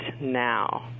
now